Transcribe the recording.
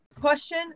Question